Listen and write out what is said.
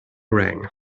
rang